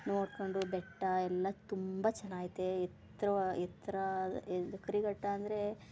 ನೋಡ್ಕೊಂಡು ಬೆಟ್ಟ ಎಲ್ಲ ತುಂಬ ಚನಾಗಿದೆ ಎತ್ತರವಾ ಎತ್ತರ ಅದು ಇದು ಕರಿಘಟ್ಟ ಅಂದರೆ